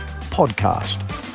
podcast